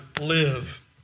live